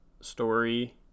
story